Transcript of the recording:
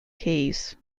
keyes